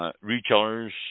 Retailers